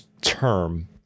term